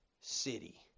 city